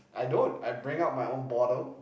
I don't I bring up my own bottle